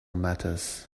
matters